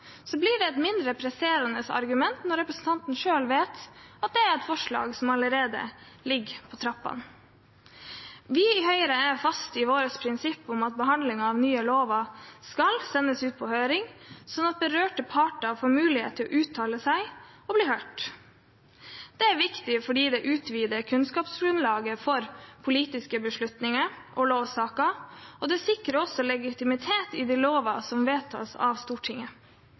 blir det et mindre presserende argument når representanten selv vet at det er et forslag som allerede er på trappene. Vi i Høyre er faste i vårt prinsipp om at behandling av nye lover skal sendes ut på høring, slik at berørte parter får mulighet til å uttale seg og bli hørt. Det er viktig fordi det utvider kunnskapsgrunnlaget for politiske beslutninger og lovsaker, og det sikrer også legitimitet i de lovene som vedtas av Stortinget.